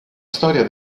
storia